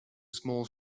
small